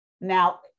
Now